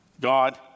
God